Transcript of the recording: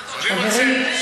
אותך.